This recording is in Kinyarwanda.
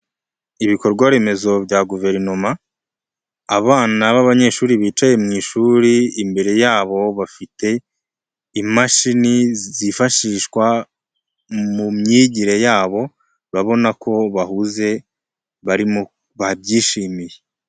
Ibikorwa remezo bya Guverinoma abana b'abanyeshuri bicaye mu ishuri imbere yabo bafite imashini zifashishwa mu myigire yabo babona ko bahuze barimo babyishimiye.